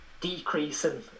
decreasing